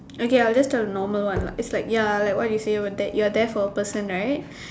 okay I'll just tell normal one lah it's like ya like what you say we're there you're there for a person right